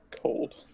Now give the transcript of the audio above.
cold